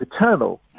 eternal